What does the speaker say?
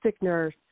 nurse